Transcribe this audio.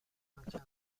کنسل